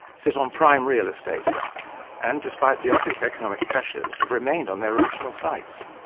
sit on prime real estate and, despite the obvious economic pressures, have remained on their original sites.